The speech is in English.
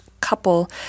couple